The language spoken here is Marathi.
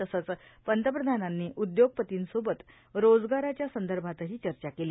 तसंच पंतप्रधानांनी उद्योगपतींसोबत रोजगाराच्या संदर्भातही चर्चा केली